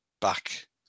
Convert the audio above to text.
back